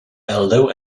aldo